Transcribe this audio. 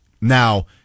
now